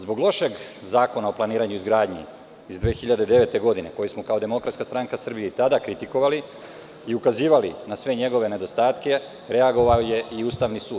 Zbog lošeg Zakona o planiranju i izgradnji iz 2009. godine, koji smo kao DSS i tada kritikovali i ukazivali na sve njegove nedostatke, reagovao je i Ustavni sud.